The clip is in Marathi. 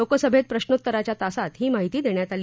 लोकसभेत प्रश्रोत्तरांच्या तासात ही माहिती देण्यात आली